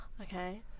okay